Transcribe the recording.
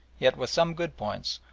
yet with some good points,